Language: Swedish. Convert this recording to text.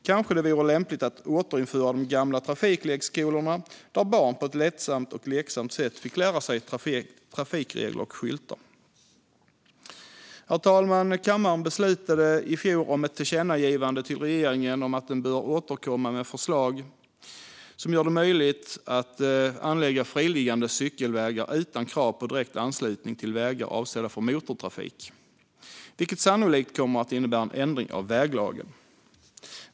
Kanske vore det lämpligt att återinföra de gamla trafiklekskolorna där barn på ett lättsamt och lekfullt sätt fick lära sig trafikregler och vägskyltar. Herr talman! Kammaren beslutade i fjor om ett tillkännagivande till regeringen om att den bör återkomma med förslag som gör det möjligt att anlägga friliggande cykelvägar utan krav på direkt anslutning till vägar avsedda för motortrafik, vilket sannolikt kommer att innebära en ändring av väglagen.